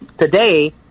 Today